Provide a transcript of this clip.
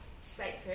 sacred